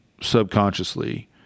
subconsciously